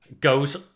goes